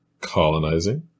colonizing